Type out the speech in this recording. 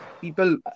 people